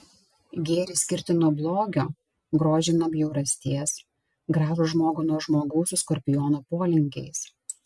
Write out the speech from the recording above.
gėrį skirti nuo blogio grožį nuo bjaurasties gražų žmogų nuo žmogaus su skorpiono polinkiais